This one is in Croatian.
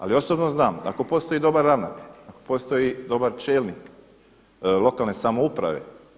Ali osobno znam ako postoji dobar ravnatelj, ako postoji dobar čelnik lokalne samouprave.